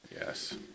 Yes